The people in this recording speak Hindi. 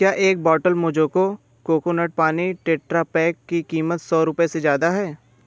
क्या एक बॉटल मोजोको कोकोनट पानी टेट्रापैक की कीमत सौ रुपये से ज़्यादा है